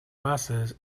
buses